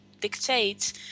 dictate